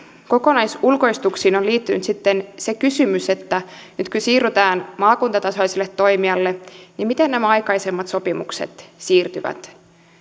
kokonaisulkoistuksiin on liittynyt sitten se kysymys että kun nyt siirrytään maakuntatasoiselle toimijalle niin miten nämä aikaisemmat sopimukset siirtyvät